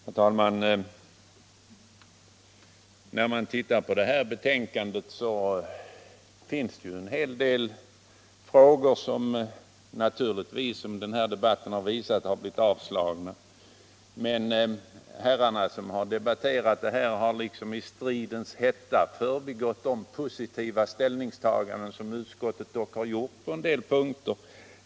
Herr talman! När man läser utbildningsutskottets förevarande betänkande framgår det att där finns en hel del förslag som har avstyrkts av utskottet. Detta har ju också framgått av debatten. Men de ledamöter som har debatterat de här frågorna nu har i stridens hetta förbisett de positiva ställningstaganden som utskottet ändå har gjort på en del punkter.